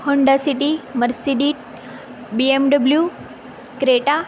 Honda city Mercedes BMW Creta